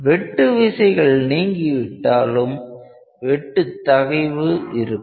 வெட்டு விசைகள் நீங்கி விட்டாலும் வெட்டு தகைவு இருக்கும்